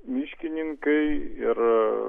miškininkai ir